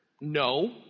no